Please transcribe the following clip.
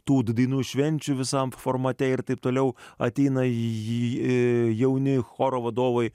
tų dainų švenčių visam formate ir taip toliau ateina į jį jauni choro vadovai